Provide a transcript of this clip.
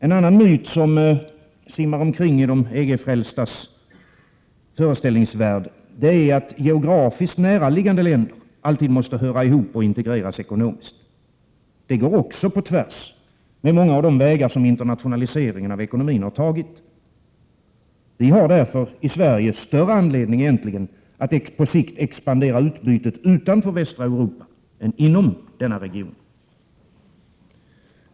En annan myt som simmar omkring i de EG-frälstas föreställningsvärld är att geografiskt näraliggande länder alltid måste höra ihop och integreras ekonomiskt. Det går också på tvärs med många av de vägar som internationaliseringen av ekonomin har tagit. Vi har därför i Sverige större anledning att på sikt expandera utbytet utanför västra Europa än inom denna region.